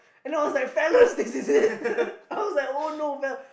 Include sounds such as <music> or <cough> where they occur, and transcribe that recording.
and I was like fellas this is it <laughs> I was like oh no